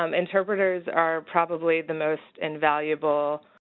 um interpreters are probably the most invaluable